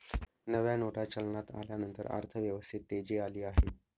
नव्या नोटा चलनात आल्यानंतर अर्थव्यवस्थेत तेजी आली आहे